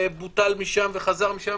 ובוטל שם וחזר משם.